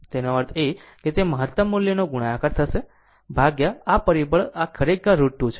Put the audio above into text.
તેનો અર્થ એ કે તે મહત્તમ મૂલ્યનો ગુણાકાર થશે આ પરિબળ આ ખરેખર √2 છે